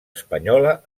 espanyola